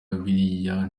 biriya